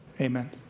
Amen